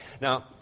Now